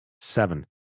seven